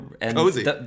Cozy